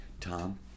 Tom